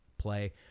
play